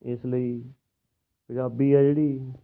ਇਸ ਲਈ ਪੰਜਾਬੀ ਆ ਜਿਹੜੀ